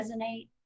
resonate